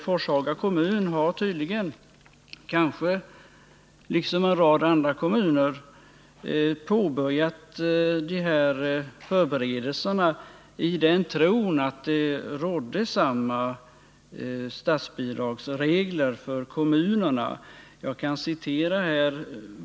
Forshaga kommun har tydligen, liksom en rad andra kommuner, påbörjat de här förberedelserna i den tron att samma statsbidragsregler gällde för kommunerna som för näringslivet.